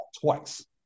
twice